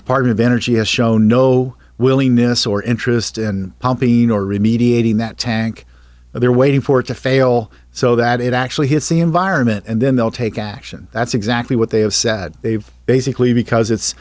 department of energy has shown no willingness or interest in pompey nor remediating that tank but they're waiting for it to fail so that it actually hits the environment and then they'll take action that's exactly what they have said they've basically because it's